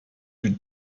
you